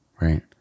right